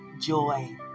Joy